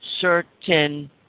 certain